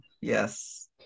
Yes